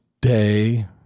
day